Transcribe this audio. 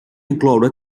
incloure